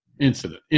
incident